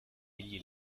egli